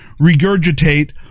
regurgitate